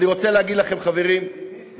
ואני רוצה להגיד לכם, חברים וחברות,